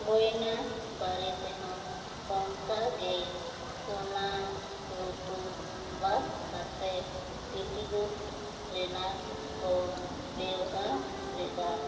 ᱜᱚᱭᱱᱟ ᱵᱟᱨᱮᱛᱮᱦᱚᱸ ᱚᱱᱠᱟ ᱜᱮ ᱥᱚᱱᱟ ᱨᱩᱯᱟᱹ ᱵᱟᱛ ᱠᱟᱛᱮᱜ ᱥᱤᱴᱤᱜᱳᱞᱴ ᱨᱮᱱᱟᱜ ᱠᱚ ᱵᱮᱣᱦᱟᱨ ᱮᱫᱟ